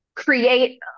create